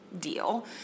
deal